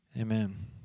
amen